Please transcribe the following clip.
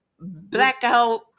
blackout